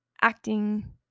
acting